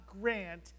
grant